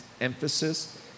emphasis